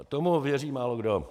Tomu věří málokdo.